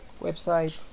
website